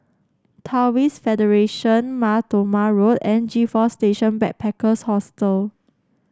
Taoist Federation Mar Thoma Road and G Four Station Backpackers Hostel